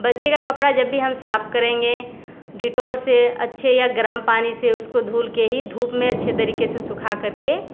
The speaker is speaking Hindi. बच्चे का कपड़ा जब भी हम साफ करेंगे डेटॉल से अच्छे या गरम पानी से उसको धुल कर ही धूप में अच्छे तरीके से सूखा करके